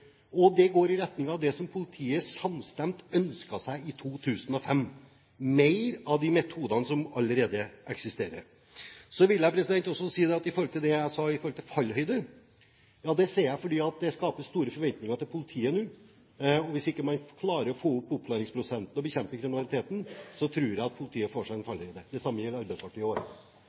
terror. Det går i retning av det som politiet samstemt ønsket seg i 2005: mer av de metodene som allerede eksisterer. Så vil jeg også si med tanke på det jeg sa om fallhøyde: Ja, det sier jeg fordi det nå skaper store forventninger til politiet. Hvis ikke man klarer å få opp oppklaringsprosenten og bekjempe kriminaliteten, tror jeg at politiet får seg en fallhøyde. Det samme gjelder Arbeiderpartiet også. Snorre Serigstad Valen har hatt ordet to ganger og får i